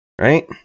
right